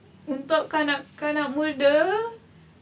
untuk kanak-kanak muda